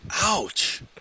Ouch